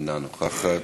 אינה נוכחת.